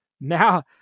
Now